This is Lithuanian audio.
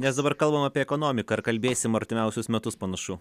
nes dabar kalbam apie ekonomiką ar kalbėsim artimiausius metus panašu